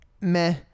meh